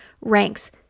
ranks